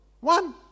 one